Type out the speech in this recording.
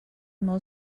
molt